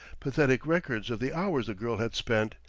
pathetic records of the hours the girl had spent,